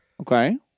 Okay